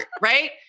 right